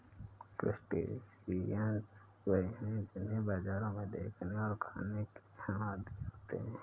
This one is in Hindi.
क्रस्टेशियंस वे हैं जिन्हें बाजारों में देखने और खाने के हम आदी होते हैं